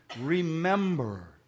remember